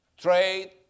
trade